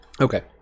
Okay